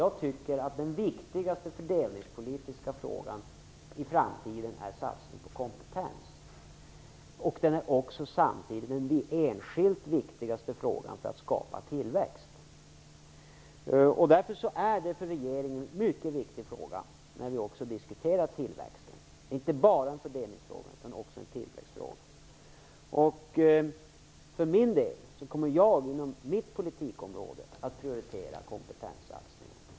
Jag tycker att satsning på kompetens är den viktigaste fördelningspolitiska frågan i framtiden. Den är samtidigt den enskilt viktigaste frågan för att skapa tillväxt. Därför är det en mycket viktig fråga för regeringen när vi diskuterar tillväxten. Det är inte bara en fördelningsfråga utan också en tillväxtfråga. Jag för min del kommer att prioritera kompetenssatsningarna inom mitt politikområde.